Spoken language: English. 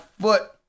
foot